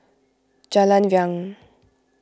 Jalan Riang